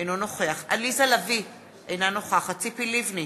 אינו נוכח עליזה לביא, אינה נוכחת ציפי לבני,